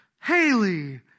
Haley